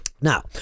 Now